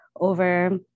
over